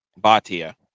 Batia